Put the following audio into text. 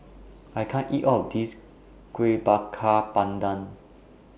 I can't eat All of This Kuih Bakar Pandan